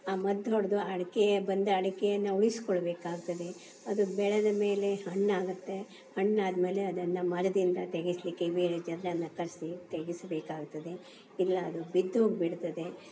ಆ ಮದ್ದು ಹೊಡೆದು ಅಡಿಕೆ ಬಂದು ಅಡ್ಕೆನ ಉಳಿಸಿಕೊಳ್ಬೇಕಾಗ್ತದೆ ಅದು ಬೆಳೆದ ಮೇಲೆ ಹಣ್ಣಾಗುತ್ತೆ ಹಣ್ಣಾದ ಮೇಲೆ ಅದನ್ನು ಮರದಿಂದ ತೆಗೆಸಲಿಕ್ಕೆ ಬೇರೆ ಜನರನ್ನ ಕರೆಸಿ ತೆಗೆಸ್ಬೇಕಾಗ್ತದೆ ಇಲ್ಲ ಅದು ಬಿದ್ದೋಗಿಬಿಡ್ತದೆ